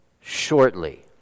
shortly